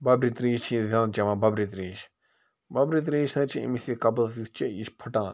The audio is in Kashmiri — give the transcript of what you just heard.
بَبرِ ترٛیش چھِ أسۍ زیاد چٮ۪وان بَبرِ تریش بَبرِ ترٛیش سۭتۍ چھِ أمِس یہِ قبٕض یُس چھِ یہِ چھِ پھٹان